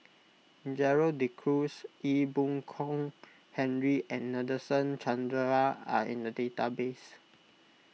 Gerald De Cruz Ee Boon Kong Henry and Nadasen Chandra are in the database